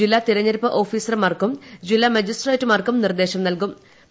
ജില്ലാ തെരഞ്ഞെടുപ്പ് ഓഫീസർമാർക്കും ജില്ലാ മജിസ്ട്രേറ്റുമാർക്കും നിർദ്ദേശം നൽകണം